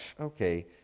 okay